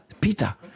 Peter